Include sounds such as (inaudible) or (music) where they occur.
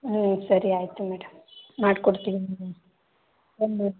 ಹ್ಞೂ ಸರಿ ಆಯಿತು ಮೇಡಮ್ ಮಾಡಿಕೊಡ್ತೀನಿ (unintelligible)